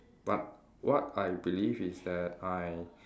but what I believe is that I